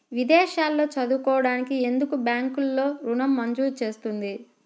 విదేశాల్లో చదువుకోవడానికి ఎందుకు బ్యాంక్లలో ఋణం మంజూరు చేస్తుంది?